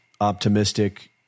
optimistic